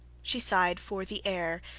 she sighed for the air,